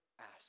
ask